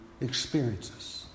experiences